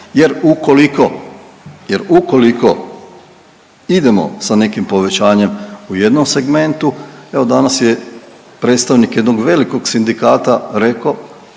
jer ukoliko idemo sa nekim povećanjem u jednom segmentu, evo danas je predstavnik jednog velikog sindikata rekao